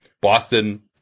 Boston